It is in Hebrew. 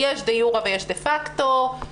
חברה גדולה שנמכרה בכסף רב,